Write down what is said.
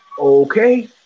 okay